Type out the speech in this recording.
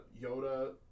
Yoda